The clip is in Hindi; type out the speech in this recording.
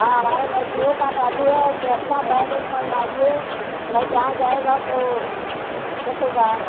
हाँ हमारे लड़कियों का शादी है तो अच्छा बैड उड बनवाइए भाई जहाँ जाएगा तो दिक्कत होगा